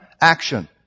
action